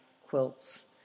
Quilts